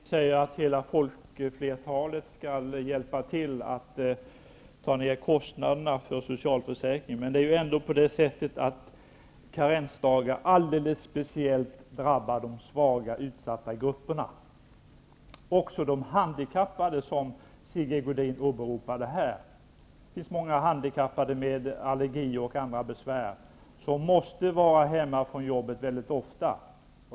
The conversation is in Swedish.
Herr talman! Sigge Godin säger att folkflertalet skall hjälpa till att få ner kostnaderna för socialförsäkringen. Men karensdagar drabbar ju alldeles speciellt de svaga, utsatta grupperna. Också de handikappade, som Sigge Godin åberopade här, drabbas. Det finns många handikappade med allergier och andra besvär som måste vara hemma från jobbet ofta.